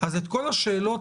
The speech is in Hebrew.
אז לגבי כל השאלות,